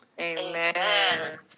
Amen